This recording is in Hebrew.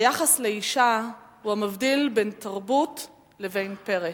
היחס לאשה הוא המבדיל בין איש תרבות לפרא.